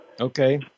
Okay